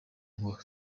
ngo